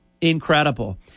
Incredible